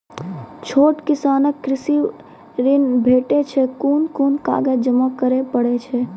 छोट किसानक कृषि ॠण भेटै छै? कून कून कागज जमा करे पड़े छै?